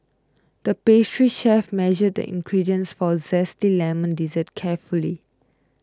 the pastry chef measured the ingredients for a Zesty Lemon Dessert carefully